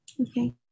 Okay